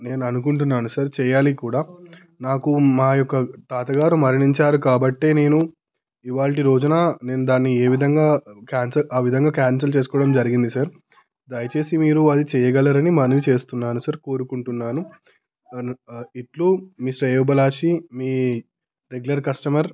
నేను అనుకుంటున్నాను సార్ చేయాలి కూడా నాకు మాయొక్క తాతగారు మరణించారు కాబట్టే నేను ఇవాల్టి రోజున నేను దాన్ని ఏ విధంగా క్యాన్సిల్ ఆ ఆవిధంగా క్యాన్సిల్ చేసుకోవడం జరిగింది సార్ దయచేసి మీరు అది చేయగలరని మనవి చేస్తున్నాను సర్ కోరుకుంటున్నాను ఇట్లు మీ శ్రేయోభిలాషి మీ రెగ్యులర్ కస్టమర్